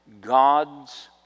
God's